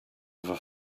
ever